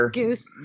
goose